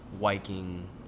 Viking